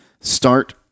start